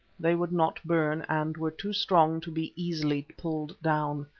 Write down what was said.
they would not burn, and were too strong to be easily pulled down.